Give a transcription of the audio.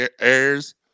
airs